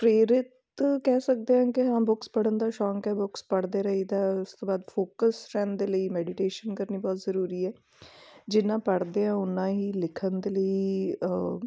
ਪ੍ਰੇਰਿਤ ਕਹਿ ਸਕਦੇ ਹਾਂ ਕਿ ਹਾਂ ਬੁੱਕਸ ਪੜ੍ਹਨ ਦਾ ਸ਼ੌਂਕ ਹੈ ਬੁੱਕਸ ਪੜ੍ਹਦੇ ਰਹੀਦਾ ਉਸ ਤੋਂ ਬਾਅਦ ਫੋਕਸ ਰਹਿਣ ਦੇ ਲਈ ਮੈਡੀਟੇਸ਼ਨ ਕਰਨੀ ਬਹੁਤ ਜ਼ਰੂਰੀ ਹੈ ਜਿੰਨਾ ਪੜ੍ਹਦੇ ਹਾਂ ਉਨਾ ਹੀ ਲਿਖਣ ਦੇ ਲਈ